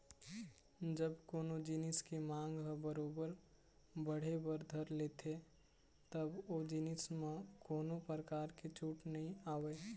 जब कोनो जिनिस के मांग ह बरोबर बढ़े बर धर लेथे तब ओ जिनिस म कोनो परकार के छूट नइ आवय